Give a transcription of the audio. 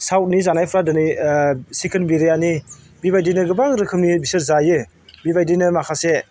साउथनि जानायफ्राय दिनै चिकेन बिरियानि बेबायदिनो गोबां रोखोमनि बिसोर जायो बेबायदिनो माखासे